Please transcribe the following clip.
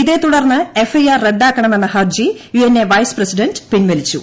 ഇതേത്തുടർന്നു FIR റദ്ദാക്കണമെന്ന ഹർജി UNA vice president പിൻവലിച്ചു